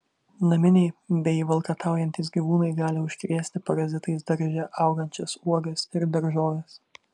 naminiai bei valkataujantys gyvūnai gali užkrėsti parazitais darže augančias uogas ir daržoves